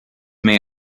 may